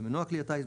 במנוע כלי הטיס,